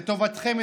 לטובתכם,